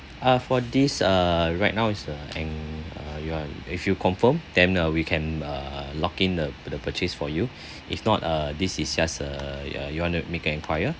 uh for this uh right now it's uh and uh you are if you confirm then uh we can uh lock in the the purchase for you if not uh this is just uh you want to make an enquire